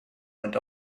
went